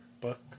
book